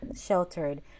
sheltered